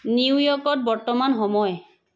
নিউয়ৰ্কত বৰ্তমান সময়